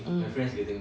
mm